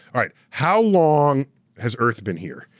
alright, how long has earth been here?